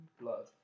blood